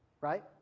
Right